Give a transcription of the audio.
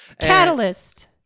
Catalyst